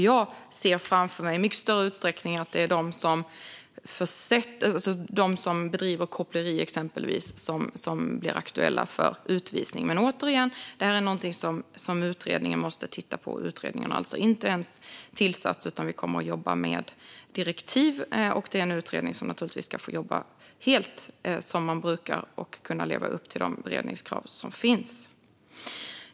Jag ser framför mig att det i mycket större utsträckning är exempelvis de som bedriver koppleri som blir aktuella för utvisning, men återigen: Detta är någonting som utredningen måste titta på, och utredningen har alltså inte ens tillsatts. Vi kommer att jobba med direktiv, och utredningen ska naturligtvis få jobba helt som utredningar brukar och kunna leva upp till de beredningskrav som finns.